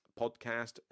podcast